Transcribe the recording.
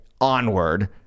onward